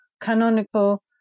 canonical